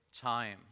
time